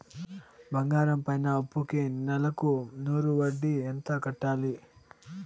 బంగారం పైన అప్పుకి నెలకు నూరు వడ్డీ ఎంత కట్టాలి?